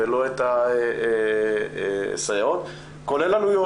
ולא את הסייעות, כולל עלויות.